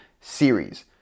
series